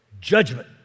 judgment